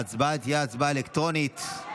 ההצבעה תהיה הצבעה אלקטרונית,